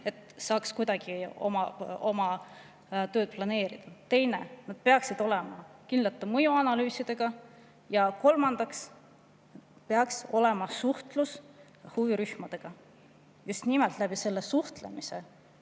et saaks kuidagi oma tööd planeerida, teiseks, need peaksid olema kindlate mõjuanalüüsidega, ja kolmandaks peaks olema suhtlus huvirühmadega. Just nimelt suhtlemisega,